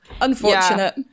Unfortunate